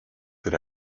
that